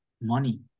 money